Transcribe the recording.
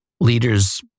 leaders